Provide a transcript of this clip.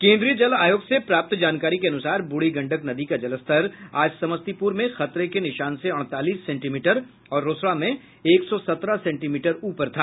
केन्द्रीय जल आयोग से प्राप्त जानकारी के अनुसार बूढ़ी गंडक नदी का जलस्तर आज समस्तीपुर में खतरे के निशान से अड़तालीस सेंटीमीटर और रोसड़ा में एक सौ सत्रह सेंटीमीटर ऊपर था